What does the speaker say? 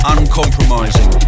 Uncompromising